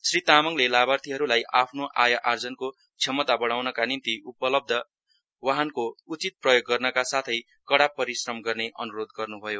श्री तामङले लाभार्थीहरूलाई आफ्नो आय आजर्नको क्षमता बढ़ाउनका निम्ति उपलब्ध बाहनको उचित प्रयोग गर्नका साथै कड़ा परिश्रम गर्ने अनूरोध गर्नु भयो